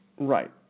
Right